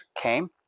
came